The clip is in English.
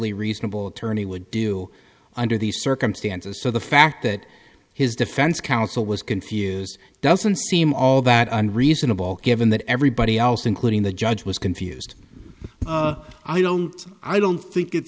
lay reasonable attorney would do under these circumstances so the fact that his defense counts it was confuse doesn't seem all that and reasonable given that everybody else including the judge was confused i don't i don't think it